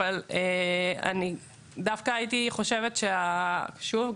אבל הייתי חושבת שוב,